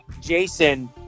Jason